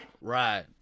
right